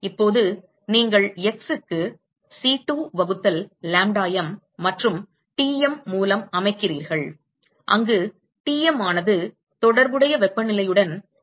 இப்போது நீங்கள் x க்கு C2 வகுத்தல் lambda m மற்றும் Tm மூலம் அமைக்கிறீர்கள் அங்கு Tm ஆனது தொடர்புடைய வெப்பநிலையுடன் ஒத்திருக்கிறது